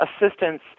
assistance